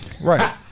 Right